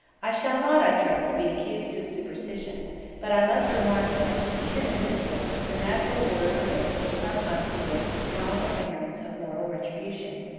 i shall not, i trust, be accused of superstition but i must remark that, even in this world, the natural order of events will sometimes afford the strong appearances of moral retribution.